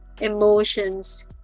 Emotions